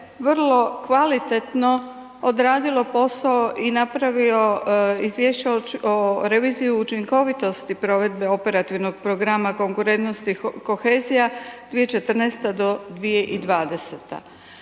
vrlo kvalitetno odradilo posao i napravio izvješće o reviziji učinkovitosti provede Operativnog programa konkurentnost i kohezija 2014. do 2020.